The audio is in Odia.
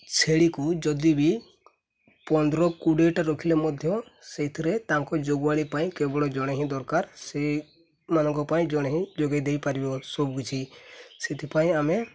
ଛେଳିକୁ ଯଦି ବି ପନ୍ଦର କୋଡ଼ିଏଟା ରଖିଲେ ମଧ୍ୟ ସେଇଥିରେ ତାଙ୍କ ଯୋଗୁଆଳି ପାଇଁ କେବଳ ଜଣେ ହିଁ ଦରକାର ସେମାନଙ୍କ ପାଇଁ ଜଣେ ହିଁ ଯୋଗାଇ ଦେଇପାରିବ ସବୁକିଛି ସେଥିପାଇଁ ଆମେ